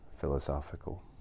philosophical